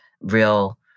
real